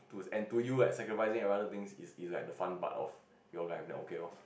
to and to you like sacrificing of other things is is like the fun part of your life then okay lor